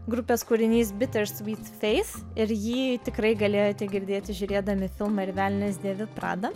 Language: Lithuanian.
grupės kūrinys tikrai galėjote girdėti žiūrėdami filmą ir velnias dėvi prada